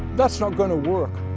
that's not going to work.